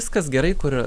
viskas gerai kur